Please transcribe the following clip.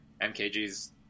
MKG's